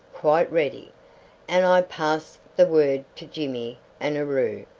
quite ready and i passed the word to jimmy and aroo,